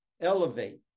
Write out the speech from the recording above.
elevate